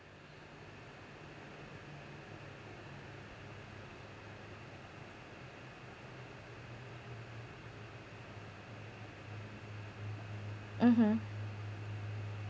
mmhmm